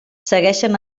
segueixen